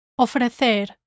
ofrecer